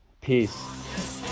Peace